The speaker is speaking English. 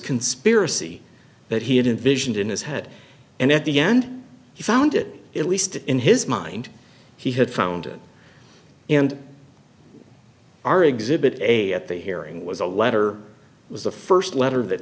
conspiracy that he had a vision in his head and at the end he found it at least in his mind he had found it and our exhibit a at the hearing was a letter was the first letter that